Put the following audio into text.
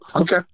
Okay